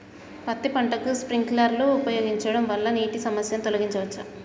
పత్తి పంటకు స్ప్రింక్లర్లు ఉపయోగించడం వల్ల నీటి సమస్యను తొలగించవచ్చా?